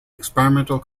experimental